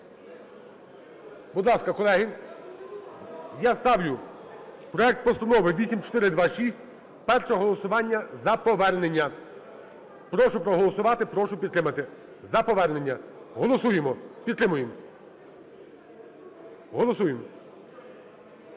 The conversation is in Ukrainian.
Будь ласка, колеги. Я ставлю проект постанови 8426, перше голосування - за повернення. Прошу проголосувати, прошу підтримати за повернення. Голосуємо, підтримуємо. Голосуємо,